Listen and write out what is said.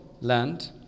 land